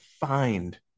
find